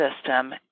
system